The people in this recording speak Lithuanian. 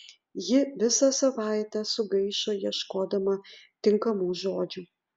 ji visą savaitę sugaišo ieškodama tinkamų žodžių